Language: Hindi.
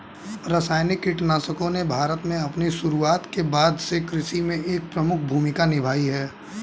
रासायनिक कीटनाशकों ने भारत में अपनी शुरुआत के बाद से कृषि में एक प्रमुख भूमिका निभाई है